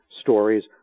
stories